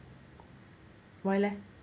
why leh